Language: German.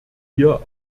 hier